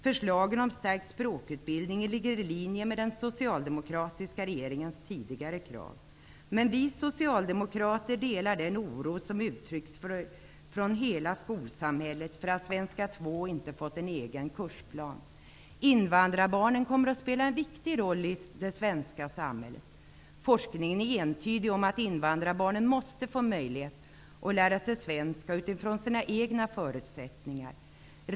Förslagen om stärkt språkutbildning ligger i linje med den socialdemokratiska regeringens tidigare krav, men vi socialdemokrater delar den oro som uttrycks från hela skolsamhället för att Svenska 2 inte fått en egen kursplan. Invandrarbarnen kommer att spela en viktig roll i det svenska samhället. Forskningen är entydig om att invandrarbarnen måste få möjlighet att lära sig svenska utifrån sina egna förutsättningar.